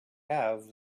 have